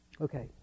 Okay